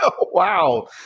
Wow